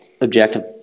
objective